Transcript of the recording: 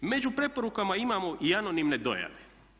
Među preporukama imamo i anonimne dojave.